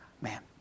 man